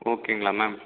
ஓகேங்களா மேம்